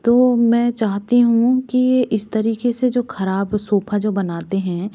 तो मैं चाहती हूँ कि इस तरीके से जो ख़राब सोफ़ा जो बनाते हैं